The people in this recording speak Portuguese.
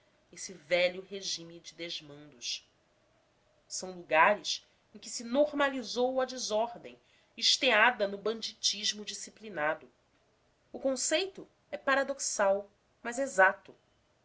esse velho regime de desmandos são lugares em que se normalizou a desordem esteada no banditismo disciplinado o conceito é paradoxal mas exato